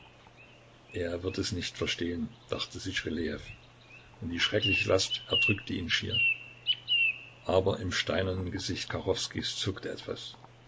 er wird es nicht verstehen dachte sich rylejew und die schreckliche last erdrückte ihn schier aber im steinernen gesicht kachowskijs zuckte etwas